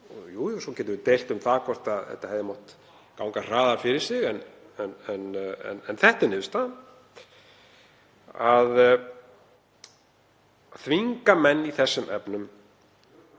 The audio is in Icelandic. Jú, við getum deilt um það hvort þetta hefði mátt ganga hraðar fyrir sig en þetta er niðurstaðan. Að þvinga menn í þessum efnum